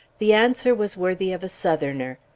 the answer was worthy of a southerner.